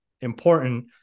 important